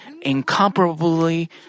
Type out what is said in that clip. incomparably